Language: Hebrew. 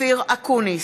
אופיר אקוניס,